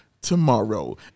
tomorrow